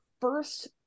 first